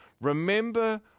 remember